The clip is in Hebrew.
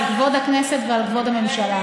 על כבוד הכנסת ועל כבוד הממשלה.